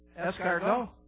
Escargot